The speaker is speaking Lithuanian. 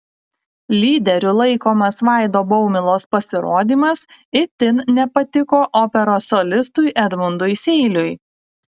lyderiu laikomas vaido baumilos pasirodymas itin nepatiko operos solistui edmundui seiliui